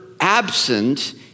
absent